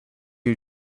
you